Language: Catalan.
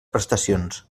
prestacions